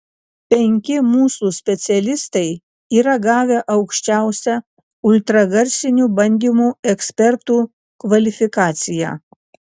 penki mūsų specialistai yra gavę aukščiausią ultragarsinių bandymų ekspertų kvalifikaciją